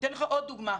אתן לך עוד דוגמא.